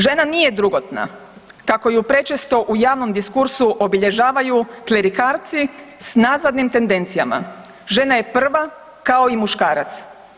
Žena nije drugotna, kako je prečesto u javnom diskursu obilježavaju klerikalci s nazadnim tendencijama, žena je prva kao i muškarac.